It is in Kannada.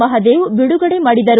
ಮಹಾದೇವ ಬಿಡುಗಡೆ ಮಾಡಿದರು